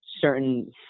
certain